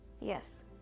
Yes